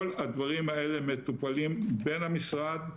כל הדברים האלה מטופלים בין המשרד,